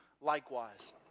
likewise